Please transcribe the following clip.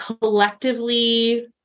collectively